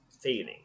feeling